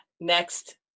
next